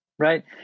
Right